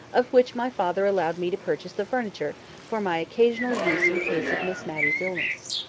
of which my father allowed me to purchase the furniture for my occasional use in case of miss matty's illness.